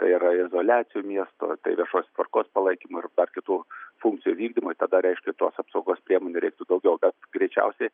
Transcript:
tai yra izoliacijų miesto viešosios tvarkos palaikymu ir kitų funkcijų vykdymui tada reiškia tos apsaugos priemonių reiktų daugiau bet greičiausiai